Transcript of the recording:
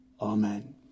Amen